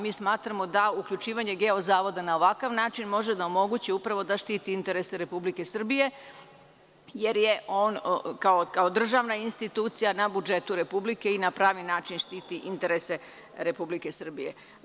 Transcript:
Mi smatramo da uključivanje Geo zavoda na ovakav način može da omogući upravo da štiti interese Republike Srbije, jer je on kao državna institucija na budžetu Republike i na pravi način štiti interese Republike Srbije.